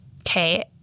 okay